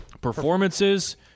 performances